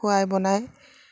খোৱাই বনাই